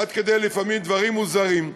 עד כדי לפעמים דברים מוזרים,